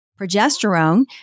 Progesterone